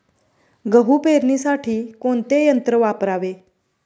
गहू पेरणीसाठी कोणते यंत्र वापरावे?